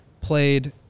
played